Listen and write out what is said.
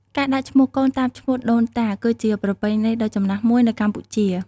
ការដាក់ឈ្មោះកូនតាមឈ្មោះដូនតា គឺជាប្រពៃណីដ៏ចំណាស់មួយនៅកម្ពុជា។